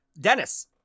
Dennis